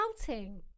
outing